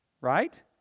Right